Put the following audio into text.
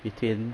between